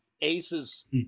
Ace's